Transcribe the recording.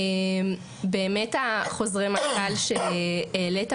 באמת חוזרי מנכ"ל שהעלית,